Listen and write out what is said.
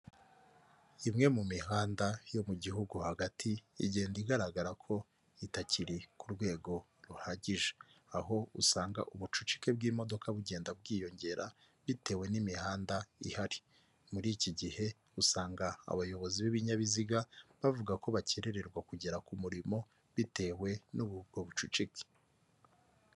Imwe mu mihanda yo mu gihugu hagati igenda igaragara ko itakiri ku rwego ruhagije, aho usanga ubucucike bw'imodoka bugenda bwiyongera bitewe n'imihanda ihari, muri iki gihe usanga abayobozi b'ibinyabiziga bavuga ko bakererwa kugera ku murimo bitewe n'ubwo bucucike.